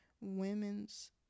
women's